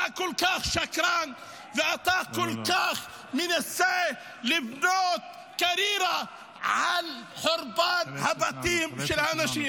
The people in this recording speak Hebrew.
אתה כל כך שקרן ואתה כל כך מנסה לבנות קריירה על חורבן הבתים של אנשים.